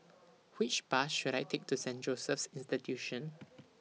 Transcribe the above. Which Bus should I Take to Saint Joseph's Institution